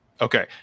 okay